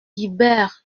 guibert